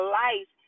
life